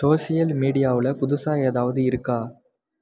social மீடியாவில் புதுசாக ஏதாவது இருக்கா